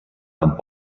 amb